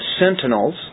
sentinels